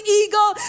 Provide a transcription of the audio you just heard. eagle